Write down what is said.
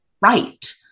right